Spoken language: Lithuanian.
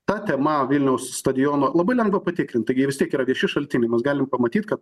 ta tema vilniaus stadiono labai lengva patikrint taigi vis tiek yra vieši šaltiniai mūsų galime pamatyt kad